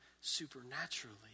supernaturally